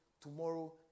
tomorrow